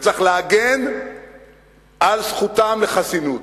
וצריך להגן על זכותם לחסינות.